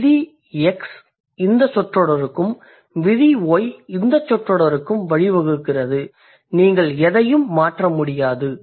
விதி x இந்தச் சொற்றொடருக்கும் விதி y இந்தச் சொற்றொடருக்கும் வழிவகுக்கிறது நீங்கள் எதையும் மாற்ற முடியாது